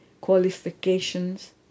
qualifications